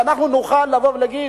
שאנחנו נוכל לבוא ולהגיד,